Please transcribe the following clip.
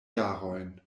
jarojn